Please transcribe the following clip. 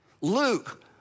Luke